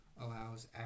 allows